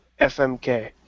FMK